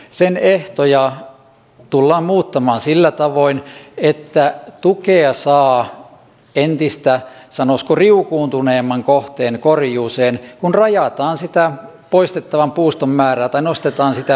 sen ehtoja tullaan muuttamaan sillä tavoin että tukea saa entistä sanoskoriukuuntuneemman kohteen korjuuseen kun rajataan sitä poistettavan puuston määrää panostetaan sitä